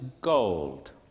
gold